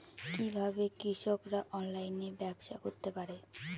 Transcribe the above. কিভাবে কৃষকরা অনলাইনে ব্যবসা করতে পারে?